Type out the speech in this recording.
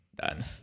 Done